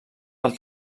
del